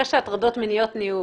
אחרי שהטרדות מיניות נהיו,